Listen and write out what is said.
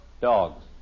Dogs